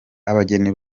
abageni